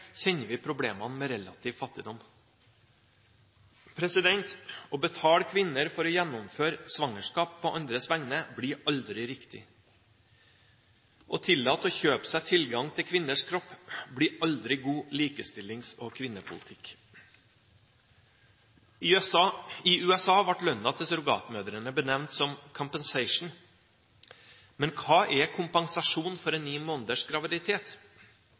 vi problemene med relativ fattigdom. Å betale kvinner for å gjennomføre svangerskap på andres vegne blir aldri riktig. Å tillate å kjøpe seg tilgang til kvinners kropp blir aldri god likestillings- og kvinnepolitikk. I USA ble lønnen til surrogatmødrene benevnt som «compensation». Men hva er kompensasjon for en ni måneders graviditet?